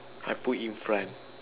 I put in front